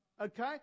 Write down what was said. Okay